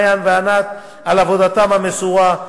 מעיין וענת על עבודתן המסורה,